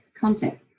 Content